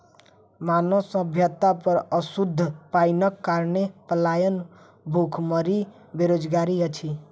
मानव सभ्यता पर अशुद्ध पाइनक कारणेँ पलायन, भुखमरी, बेरोजगारी अछि